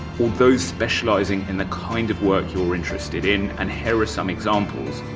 those specialising in the kind of work you're interested in, and here are some examples.